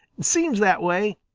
seems that way,